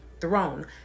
throne